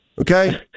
okay